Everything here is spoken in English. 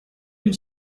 and